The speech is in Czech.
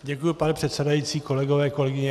Děkuji, pane předsedající, kolegové, kolegyně.